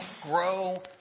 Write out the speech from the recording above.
grow